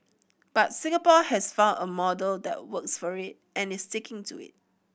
but Singapore has found a model that works for it and is sticking to it